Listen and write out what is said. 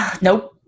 Nope